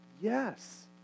Yes